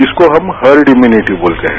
इसको हम herd immunity बोलते हैं